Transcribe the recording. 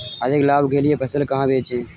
अधिक लाभ के लिए फसल कहाँ बेचें?